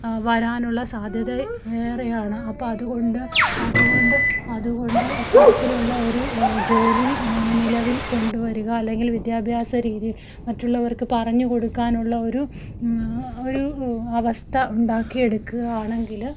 വരാനുള്ള സാധ്യത ഏറെയാണ് അപ്പോൾ അതുകൊണ്ട് അതുകൊണ്ട് അതുകൊണ്ട് ഇത്തരത്തിലുള്ള ഒരു ജോലി നിലവിൽ കൊണ്ടുവരിക അല്ലെങ്കിൽ വിദ്യാഭ്യാസ രീതിയിൽ മറ്റുള്ളവർക്ക് പറഞ്ഞുകൊടുക്കാനുള്ള ഒരു ഒരു അവസ്ഥ ഉണ്ടാക്കിയെടുക്കുകയാണെങ്കിൽ